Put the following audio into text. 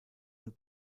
und